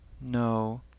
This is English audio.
No